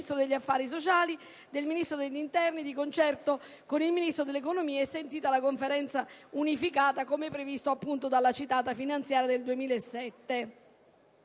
Grazie,